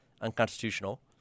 unconstitutional